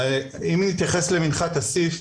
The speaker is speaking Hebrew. אבל אם נתייחס למנחת אסיף,